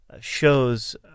shows